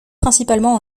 principalement